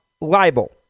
libel